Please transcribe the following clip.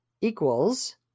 equals